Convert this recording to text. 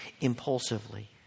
impulsively